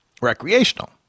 recreational